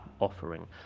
offering